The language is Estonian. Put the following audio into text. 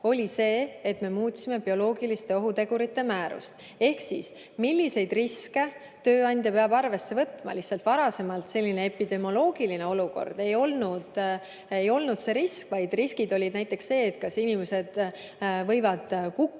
oli see, et me muutsime bioloogiliste ohutegurite määrust ehk seda, milliseid riske tööandja peab arvesse võtma. Varasemalt epidemioloogiline olukord ei olnud see risk, vaid risk oli näiteks see, kas inimesed võivad kukkuda